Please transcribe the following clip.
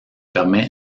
permet